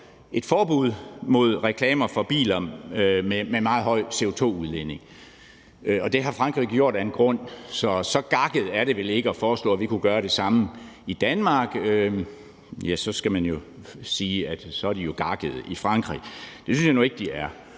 et forbud mod reklamer for biler med meget høj CO2-udledning. Det har Frankrig gjort af en grund, så så gakket er det vel ikke at foreslå, at vi kunne gøre det samme i Danmark – så skal man jo sige, at de er gakkede i Frankrig. Det synes jeg nu ikke de er,